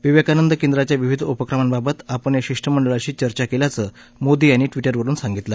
विवक्तनंद केंद्राच्या विविध उपक्रमांबाबत आपण या शिष्टमंडळाशी चर्चा कल्याचं मोदी यांनी ट्विटरवरून सांगितलं